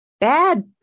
bad